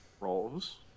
roles